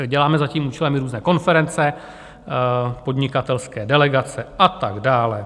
Děláme za tím účelem i různé konference, podnikatelské delegace a tak dále.